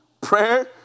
Prayer